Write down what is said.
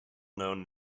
known